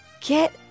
Get